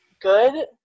good